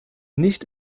nicht